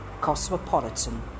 cosmopolitan